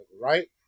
Right